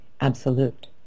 Absolute